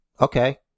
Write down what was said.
Okay